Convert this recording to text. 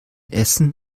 essen